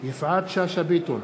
יפעת שאשא ביטון,